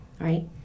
right